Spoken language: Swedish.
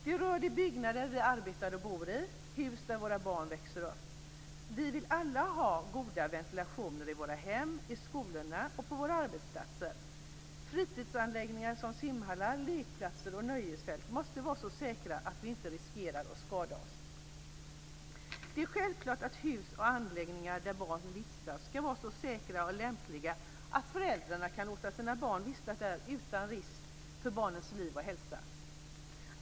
Det rör de byggnader vi arbetar och bor i, hus där våra barn växer upp. Vi vill alla ha god ventilation i våra hem i skolorna och på våra arbetsplatser. Fritidsanläggningar som simhallar, lekplatser och nöjesfält måste vara så säkra att vi inte riskerar att skada oss. Det är självklart att hus och anläggningar där barn vistas ska vara så säkra och lämpliga att föräldrarna kan låta sina barn vistas där utan risk för barnens liv och hälsa.